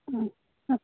ம் ம்